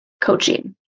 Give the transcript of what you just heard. coaching